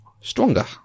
stronger